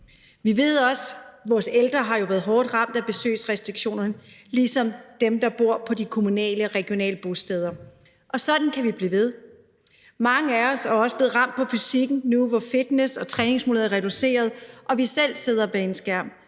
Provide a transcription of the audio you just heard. Vi ved jo også, at vores ældre har været hårdt ramt af besøgsrestriktionerne, ligesom dem, der bor på de kommunale og regionale bosteder, og sådan kan vi blive ved. Mange af os er også blevet ramt på fysikken nu, hvor fitness- og træningsmuligheder er reduceret, og vi selv sidder bag en skærm.